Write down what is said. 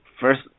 first